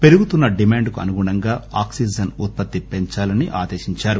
పెరుగుతున్న డిమాండ్ కు అనుగుణంగా ఆక్పిజన్ ఉత్పత్తి పెంచాలని ఆదేశించారు